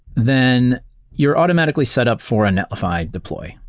then you are automatically set up for a netlify deploy.